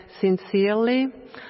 sincerely